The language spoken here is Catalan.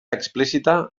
explícita